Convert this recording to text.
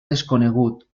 desconegut